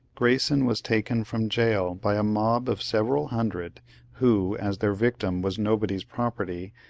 grayson was taken from gaol by a mob of several hundred who, as their victim was nobody's property,